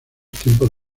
tiempos